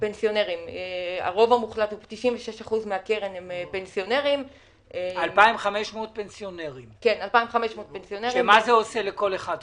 מה זה עושה לכל אחד כזה?